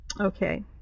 Okay